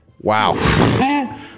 Wow